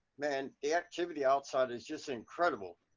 man, the activity outside is just incredible.